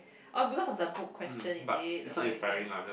oh because of the book question is it okay okay